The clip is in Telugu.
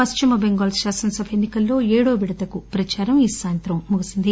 పశ్చిమ బెంగాల్ కాసన సభ ఎన్ని కల్లో ఏడవ విడతకు ప్రదారం ఈ సాయంత్రం ముగిసింది